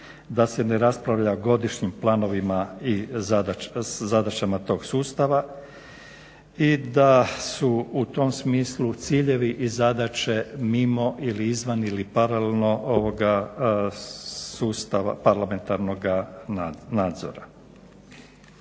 da se ne raspravlja o godišnjim planovima i zadaćama tog sustava i da su u tom smislu ciljevi i zadaće mimo ili izvan ili paralelno sustava parlamentarnoga nadzora.